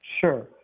Sure